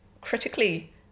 critically